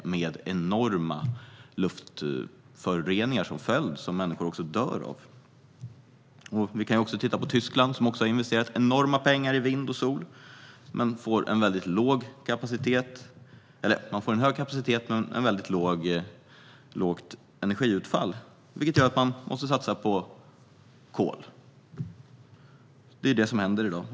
Följden är enorma luftföroreningar som människor dör av. Vi kan även titta på Tyskland, som också har investerat enorma pengar i vind och sol. Man får en hög kapacitet men ett väldigt lågt energiutfall, vilket gör att man måste satsa på kol. Det är det som händer i dag.